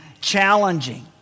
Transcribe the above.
challenging